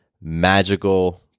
magical